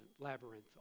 labyrinth